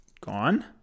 gone